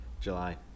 july